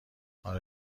حال